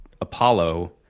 Apollo